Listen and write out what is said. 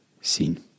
seen